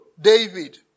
David